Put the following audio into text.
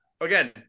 again